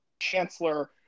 Chancellor